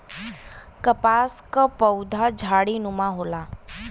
कपास क पउधा झाड़ीनुमा होला